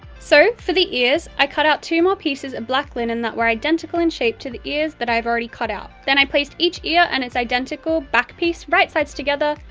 so, for the ears, i cut out two more pieces of black linen that were identical in shape to the ears that i have already cut out. then, i placed each ear and it's identical back piece right-sides together,